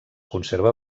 conserva